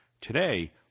Today